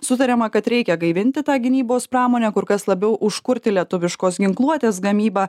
sutariama kad reikia gaivinti tą gynybos pramonę kur kas labiau užkurti lietuviškos ginkluotės gamybą